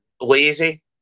lazy